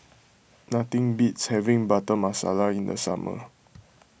nothing beats having Butter Masala in the summer